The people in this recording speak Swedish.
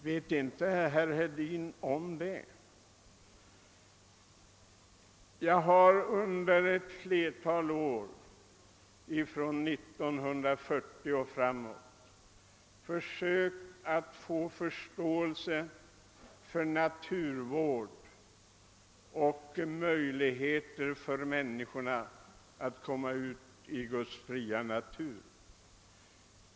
Känner herr Hedin inte till det? Jag har under ett flertal år från 1940 och framåt försökt att väcka förståelse för naturvård och att skapa möjlighet för människorna att komma ut i Guds fria natur.